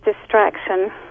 distraction